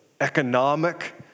economic